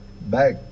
back